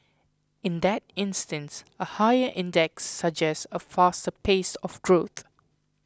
in that instance a higher index suggests a faster pace of growth